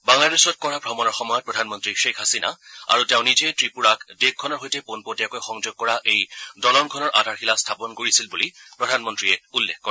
বাংলাদেশত কৰা ভ্ৰমণৰ সময়ত প্ৰধানমন্ত্ৰী গ্ৰেইখ হাছিনা আৰু তেওঁ নিজে ত্ৰিপুৰাক দেশখনৰ সৈতে পোনপটীয়াকৈ সংযোগ কৰা এই দলংখনৰ আধাৰশিলা স্থাপন কৰিছিল বুলি প্ৰধানমন্ত্ৰীয়ে উল্লেখ কৰে